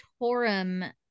Torum